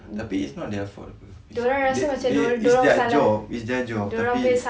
tapi it's not their fault apa they they it's their job it's their job tapi